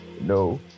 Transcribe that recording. No